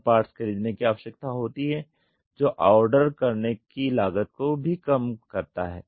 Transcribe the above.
कम parts खरीदने की आवश्यकता होती है जो ऑर्डर करने की लागत को भी कम करता है